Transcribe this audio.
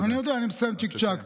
אני יודע, אני מסיים, צ'יק-צ'ק.